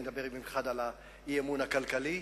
אני אדבר במיוחד על האי-אמון הכלכלי.